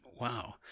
wow